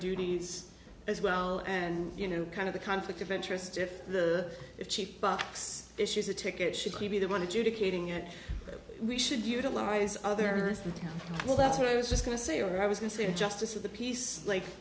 duties as well and you know kind of the conflict of interest if the cheap box issues a ticket should be they wanted you to catering and we should utilize other well that's what i was just going to say i was missing a justice of the peace like